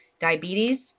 diabetes